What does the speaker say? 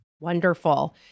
Wonderful